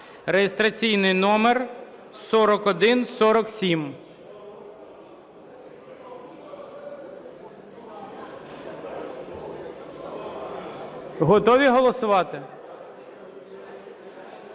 (реєстраційний номер 4147). Готові голосувати?